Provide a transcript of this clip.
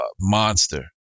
monster